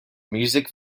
music